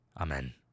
Amen